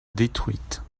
détruites